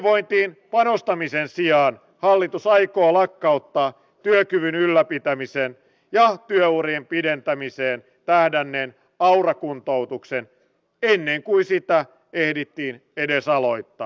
työhyvinvointiin panostamisen sijaan hallitus aikoo lakkauttaa työkyvyn ylläpitämiseen ja työurien pidentämiseen tähdänneen aura kuntoutuksen ennen kuin sitä ehdittiin edes aloittaa